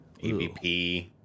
AVP